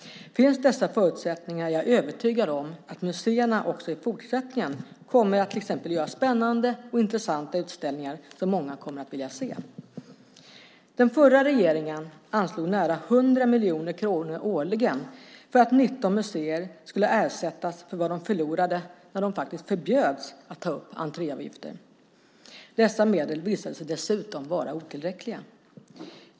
Finns dessa förutsättningar är jag övertygad om att museerna också i fortsättningen kommer att till exempel göra spännande och intressanta utställningar som många kommer att vilja se. Den förra regeringen anslog nära 100 miljoner kronor årligen för att 19 museer skulle ersättas för vad de förlorade när de faktiskt förbjöds att ta upp entréavgifter. Dessa medel visade sig dessutom vara otillräckliga.